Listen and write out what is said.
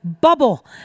bubble